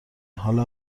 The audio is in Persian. حالا